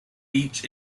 each